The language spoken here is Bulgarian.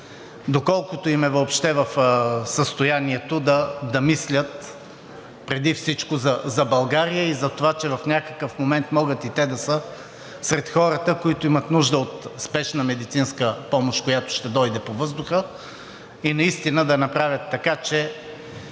доколкото им е въобще в състоянието да мислят преди всичко за България и за това, че в някакъв момент могат и те да са сред хората, които имат нужда от спешна медицинска помощ, която ще дойде по въздуха, да направят така, че